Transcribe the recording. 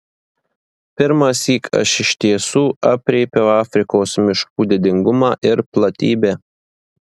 pirmąsyk aš iš tiesų aprėpiau afrikos miškų didingumą ir platybę